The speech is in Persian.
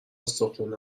استخون